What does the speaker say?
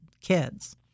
kids